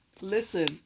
Listen